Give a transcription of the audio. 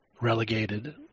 relegated